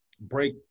break